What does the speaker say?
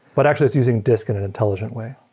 but actually it's using disk in an intelligent way.